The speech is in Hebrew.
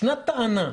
יש טענה,